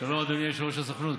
דרך אגב.